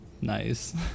Nice